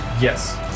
Yes